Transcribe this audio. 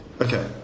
Okay